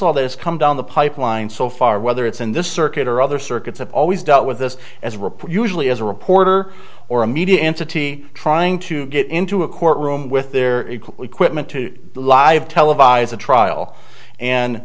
law this come down the pipeline so far whether it's in this circuit or other circuits i've always dealt with this as a reporter usually as a reporter or a media entity trying to get into a courtroom with their equipment to live televise a trial